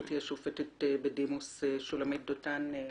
גבירתי השופטת בדימוס שולמית דותן,